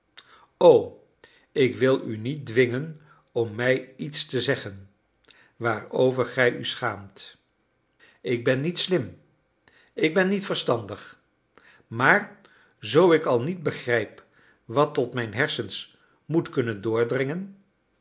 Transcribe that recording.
o ik wil u niet dwingen om mij iets te zeggen waarover gij u schaamt ik ben niet slim ik ben niet verstandig maar zoo ik al niet begrijp wat tot mijn hersens moest kunnen doordringen